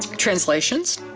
translations.